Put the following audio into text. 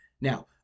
Now